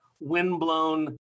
wind-blown